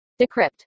Decrypt